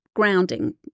Grounding